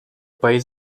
país